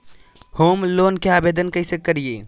Home loan के आवेदन कैसे करि?